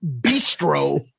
Bistro